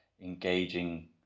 engaging